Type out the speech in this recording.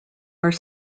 are